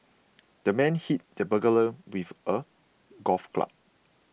the man hit the burglar with a golf club